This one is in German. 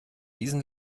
diesen